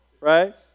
right